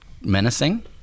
menacing